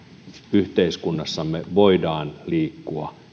yhteiskunnassamme voidaan liikkua